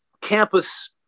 campus